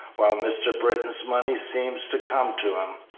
while mr. britton's money seems to come to him.